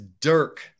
Dirk